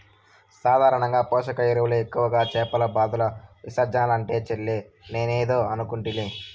సాధారణంగా పోషక ఎరువులు ఎక్కువగా చేపల బాతుల విసర్జనలంట చెల్లే నేనేదో అనుకుంటిలే